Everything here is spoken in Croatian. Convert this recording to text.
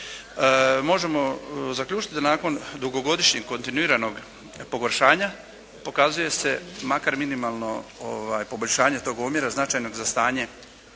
Možemo zaključiti nakon dugogodišnjeg kontinuiranog pogoršanja pokazuje se makar minimalno poboljšanje tog omjera značajnog za stanje